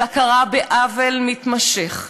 של הכרה בעוול המתמשך,